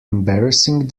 embarrassing